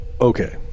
Okay